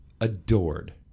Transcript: adored